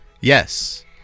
Yes